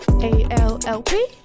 A-L-L-P